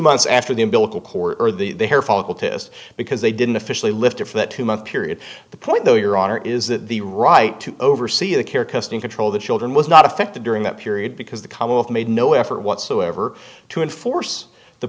months after the umbilical cord or the hair follicle test because they didn't officially lift her for that two month period the point though your honor is that the right to oversee the care custom control the children was not affected during that period because the commonwealth made no effort whatsoever to enforce the